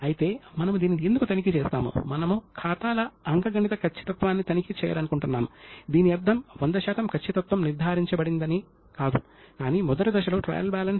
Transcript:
ప్రతిరోజూ తనిఖీలు మరియు ఐదు రోజులకు పక్షాలుకు నెలకు నాలుగు నెలలుకు మరియు సంవత్సరానికి క్రమానుగతంగా తనిఖీలు చేయబడేవి